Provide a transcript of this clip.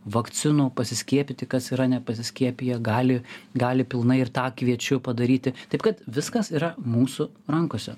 vakcinų pasiskiepyti kas yra nepasiskiepiję gali gali pilnai ir tą kviečiu padaryti taip kad viskas yra mūsų rankose